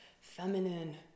feminine